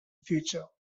future